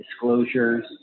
disclosures